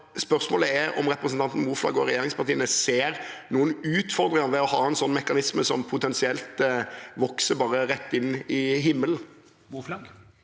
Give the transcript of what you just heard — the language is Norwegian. Spørsmålet er om representanten Moflag og regjeringspartiene ser noen utfordringer ved å ha en sånn mekanisme som potensielt bare vokser rett inn i himmelen. Tuva